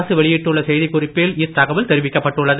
அரசு வெளியிட்டுள்ள செய்தி குறிப்பில் இத்தகவல் தெரிவிக்கப்பட்டுள்ளது